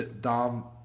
Dom